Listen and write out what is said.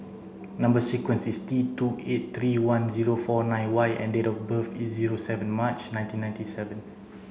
number sequence is T two eight three one zero four nine Y and date of birth is zero seven March nineteen ninety seven